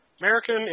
American